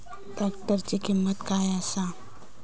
ट्रॅक्टराची किंमत काय आसा?